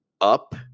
up